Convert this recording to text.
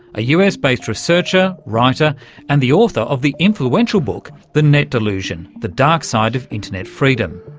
a us-based researcher, writer and the author of the influential book the net delusion the dark side of internet freedom.